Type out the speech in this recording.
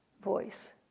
voice